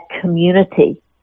community